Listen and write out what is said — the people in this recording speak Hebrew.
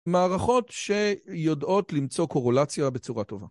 מערכות שיודעות למצוא קורולציה בצורה טובה.